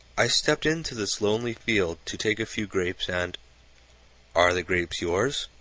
i stepped into this lonely field to take a few grapes and are the grapes yours?